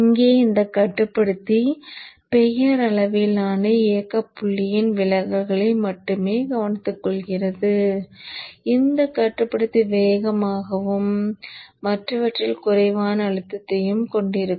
இங்கே இந்த கட்டுப்படுத்தி பெயரளவிலான இயக்க புள்ளியின் விலகல்களை மட்டுமே கவனித்துக்கொள்கிறது இந்த கட்டுப்படுத்தி வேகமாகவும் மற்றவற்றில் குறைவான அழுத்தத்தையும் கொண்டிருக்கும்